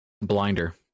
Blinder